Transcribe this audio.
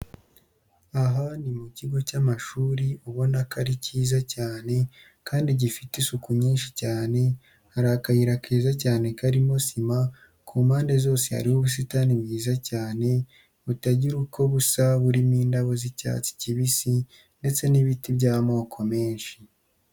Aha ni mu kigo cy'amashuri ubona ko ari cyiza cyane kandi gifite isuku nyinshi cyane, hari akayira keza cyane karimo sima, ku mpande zose hariho ubusitani bwiza cyane butagira uko busa burimo indabo z'icyatsi kibisi ndetse n'ibiti by'amoko menshi